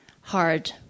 hard